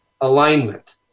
alignment